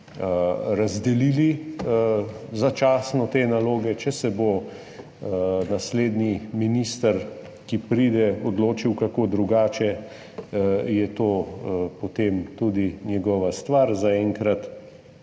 razdelili te naloge. Če se bo naslednji minister, ki pride, odločil kako drugače, je to potem tudi njegova stvar. Zaenkrat